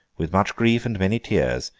with much grief and many tears,